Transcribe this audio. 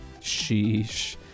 Sheesh